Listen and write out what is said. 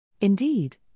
Indeed